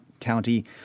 County